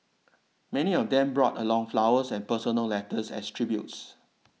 many of them brought along flowers and personal letters as tributes